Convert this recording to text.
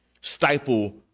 stifle